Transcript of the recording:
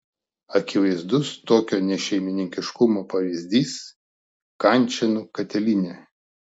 akivaizdus tokio nešeimininkiškumo pavyzdys kančėnų katilinė